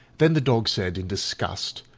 then the dog said in disgust,